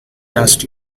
last